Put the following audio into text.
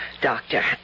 Doctor